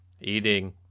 Eating